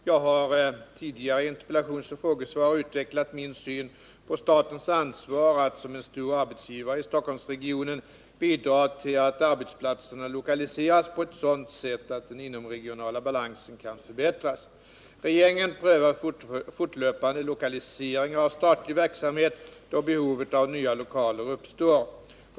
Jag har tidigare i interpellationsoch frågesvar utvecklat min syn på statens ansvar att som en stor arbetsgivare i Stockholmsregionen bidra till att arbetsplatserna lokaliseras på ett sådant sätt att den inomregionala balansen kan förbättras. Regeringen prövar fortlöpande lokaliseringar av statlig verksamhet då behov av nya lokaler uppstår.